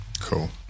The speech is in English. Cool